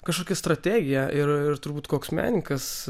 kažkokią strategija ir turbūt koks menkas